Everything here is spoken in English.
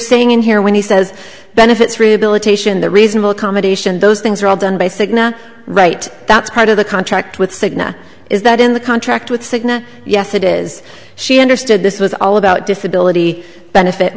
saying in here when he says benefits rehabilitation the reasonable accommodation those things are all done by cigna right that's part of the contract with cigna is that in the contract with cigna yes it is she understood this was all about disability benefit